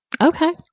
okay